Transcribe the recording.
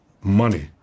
money